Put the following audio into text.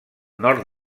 nord